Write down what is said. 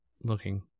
looking